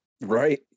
right